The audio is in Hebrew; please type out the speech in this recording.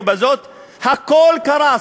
ובזאת הכול קרס,